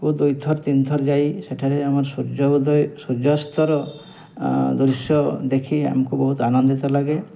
କୁ ଦୁଇ ଥର ତିନି ଥର ଯାଇ ସେଠାରେ ଆମର ସୂର୍ଯ୍ୟ ଉଦୟେ ସୂର୍ଯ୍ୟାସ୍ତର ଦୃଶ୍ୟ ଦେଖି ଆମକୁ ବହୁତ ଆନନ୍ଦିତ ଲାଗେ